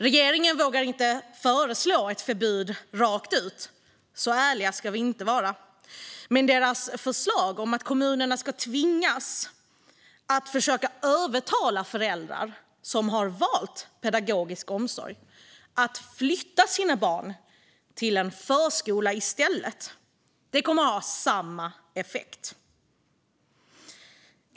Regeringen vågar inte föreslå ett förbud rakt ut - så ärliga ska vi inte vara - men regeringens förslag att kommunerna ska tvingas att försöka övertala föräldrar som har valt pedagogisk omsorg att i stället flytta sina barn till en förskola kommer att ha samma effekt.